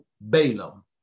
Balaam